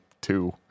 two